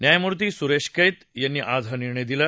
न्यायमूर्ती सुरेश कत्ति यांनी आज हा निर्णय दिला